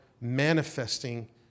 manifesting